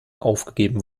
aufgegeben